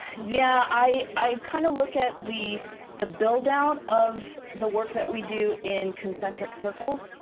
yeah, i kind of look at the the build-out of the work that we do in concentric circles.